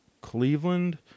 Cleveland